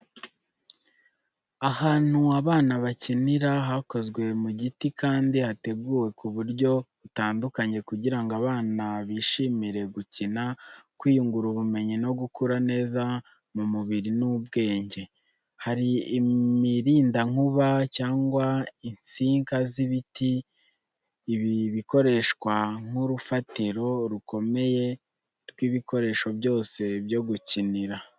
Ahantu abana bakinira hakozwe mu giti kandi hateguwe ku buryo butandukanye kugira ngo abana bishimire gukina, kwiyungura ubumenyi no gukura neza mu mubiri n’ubwenge. Hari imirindankuba cyangwa insika z'ibiti ibi bikoreshwa nk’urufatiro rukomeye rw’ibikoresho byose byo gukinira.